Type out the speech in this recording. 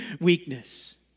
weakness